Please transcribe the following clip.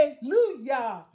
Hallelujah